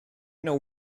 know